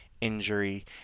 injury